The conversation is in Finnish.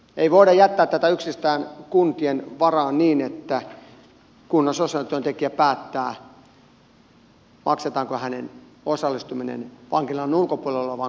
ei voida jättää tätä yksistään kuntien varaan niin että kunnan sosiaalityöntekijä päättää maksetaanko hänen osallistumisensa vankilan ulkopuolella olevaan kurssiin vai ei